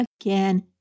again